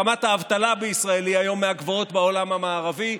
רמת האבטלה בישראל היא היום מהגבוהות בעולם המערבי,